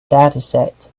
dataset